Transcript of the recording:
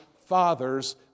father's